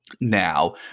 now